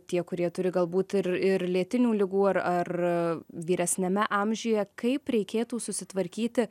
tie kurie turi galbūt ir ir lėtinių ligų ar ar vyresniame amžiuje kaip reikėtų susitvarkyti